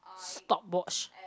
stopwatch